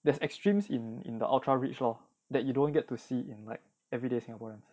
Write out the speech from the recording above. there's extremes in in the ultra rich lor that you don't get to see in like everyday singaporeans